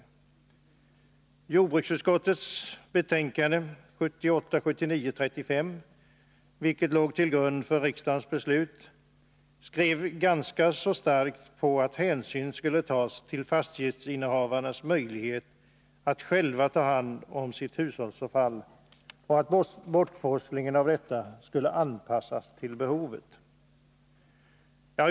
I jordbruksutskottets betänkande nr 1978/79:35, vilket låg till grund för riksdagens beslut, trycktes ganska så starkt på att hänsyn skulle tas till fastighetsinnehavarnas möjlighet att själva ta hand om sitt hushållsavfall och på att bortforslingen av detta skulle anpassas till behovet.